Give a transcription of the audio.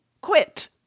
quit